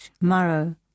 marrow